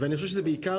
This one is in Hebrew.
ואני חושב שזה בעיקר,